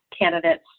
candidates